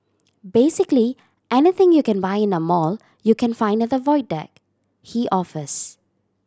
basically anything you can buy in a mall you can find at the Void Deck he offers